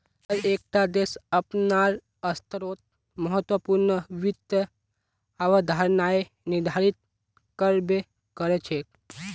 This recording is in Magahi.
हर एक टा देश अपनार स्तरोंत महत्वपूर्ण वित्त अवधारणाएं निर्धारित कर बे करछे